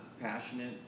passionate